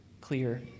clear